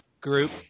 group